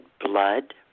blood